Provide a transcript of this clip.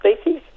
species